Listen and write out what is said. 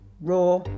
raw